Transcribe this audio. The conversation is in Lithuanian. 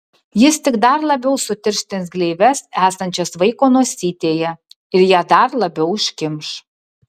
jis tik dar labiau sutirštins gleives esančias vaiko nosytėje ir ją dar labiau užkimš